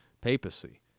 papacy